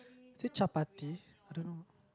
is it chapati I don't know